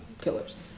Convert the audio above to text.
killers